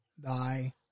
thy